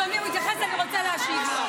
אני רוצה להשיב לו.